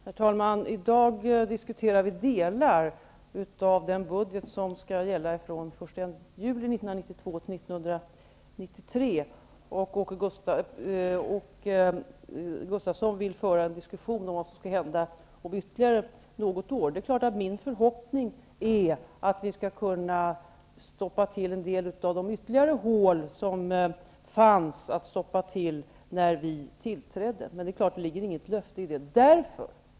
Herr talman! I dag diskuterar vi delar av den budget som skall gälla fr.o.m. den 1 juli 1992 t.o.m. den 30 juni 1993. Åke Gustavsson vill föra en diskussion om vad som skall hända om ytterligare något år. Självfallet är det min förhoppning att vi skall kunna stoppa igen ytterligare några av de hål som fanns när vi tillträdde, men det ligger inget löfte i det.